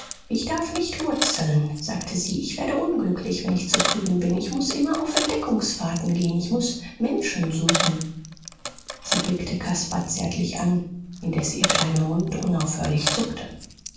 ich darf nicht wurzeln sagte sie ich werde unglücklich wenn ich zufrieden bin ich muß immer auf entdeckungsfahrten gehen ich muß menschen suchen sie blickte caspar zärtlich an indes ihr kleiner mund unaufhörlich zuckte